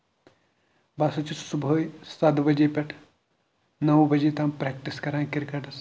بہٕ سا چھُس صبُحٲے سَتھ بَجے پٮ۪ٹھ نو بَجے تام پریکٹِس کران کِرکَٹس